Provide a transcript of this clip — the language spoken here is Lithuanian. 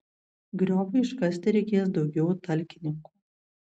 grioviui iškasti reikės daugiau talkininkų